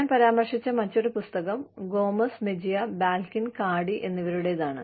ഞാൻ പരാമർശിച്ച മറ്റൊരു പുസ്തകം Gomez Mejia Balkin Cardy Gomez Mejia Balkin and Cardy എന്നിവരുടെതാണ്